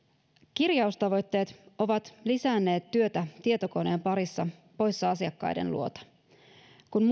kirjaustavoitteet ovat lisänneet työtä tietokoneen parissa poissa asiakkaiden luota kun